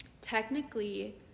Technically